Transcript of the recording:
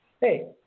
hey